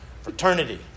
Fraternity